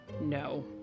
No